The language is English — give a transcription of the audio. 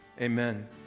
amen